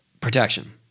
protection